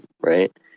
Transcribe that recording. Right